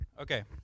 Okay